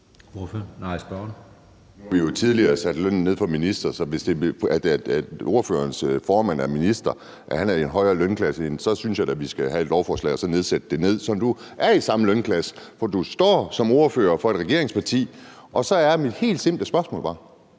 vi jo tidligere sat lønnen ned for ministre, så hvis ordførerens formand er minister og han er i en højere lønklasse, så synes jeg da, at vi skal have et lovforslag og så sætte det ned, sådan at du er i samme lønklasse. For du står som ordfører for et regeringsparti, og så havde jeg bare et helt simpelt spørgsmål.